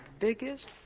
biggest